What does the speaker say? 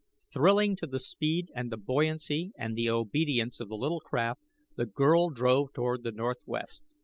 thrilling to the speed and the buoyancy and the obedience of the little craft the girl drove toward the northwest.